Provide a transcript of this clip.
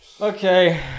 Okay